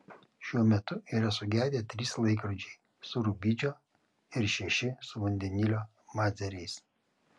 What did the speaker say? šiuo metu yra sugedę trys laikrodžiai su rubidžio ir šeši su vandenilio mazeriais